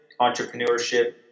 entrepreneurship